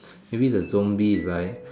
maybe the zombies right